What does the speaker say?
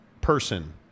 person